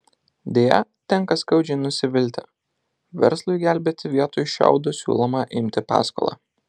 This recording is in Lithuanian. deja tenka skaudžiai nusivilti verslui gelbėti vietoj šiaudo siūloma imti paskolą